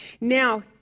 Now